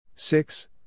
Six